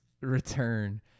return